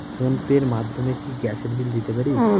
Phone pay র মাধ্যমে কি গ্যাসের বিল দিতে পারি?